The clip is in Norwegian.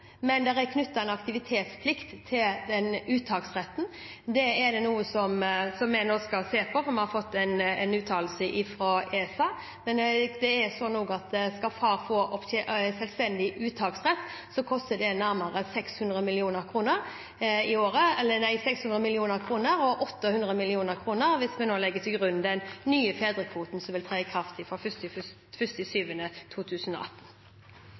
men det er knyttet en aktivitetsplikt til den uttaksretten. Det er noe vi nå skal se på, fordi vi har fått en uttalelse fra ESA. Men skal far få selvstendig uttaksrett, koster det nærmere 600 mill. kr – og 800 mill. kr hvis vi legger til grunn den nye fedrekvoten som vil tre i kraft fra 1. juli 2018. De ansatte i barnevernet gjør en enorm jobb, det setter vi alle her stor pris på. Likevel er rammene for dette enormt viktige arbeidet langt fra godt nok i